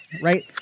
Right